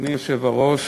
אדוני היושב-ראש,